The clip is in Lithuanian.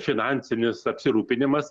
finansinius apsirūpinimas